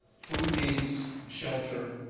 food needs, shelter,